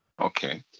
Okay